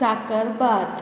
साकरभात